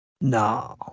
No